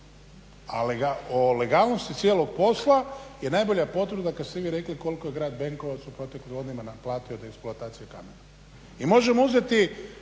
o legalnosti cijelog posla je najbolja potvrda kad ste vi rekli koliko je grad Benkovac u proteklih godinama naplatio od eksploatacije kamena. I možemo uzeti